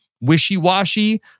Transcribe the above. wishy-washy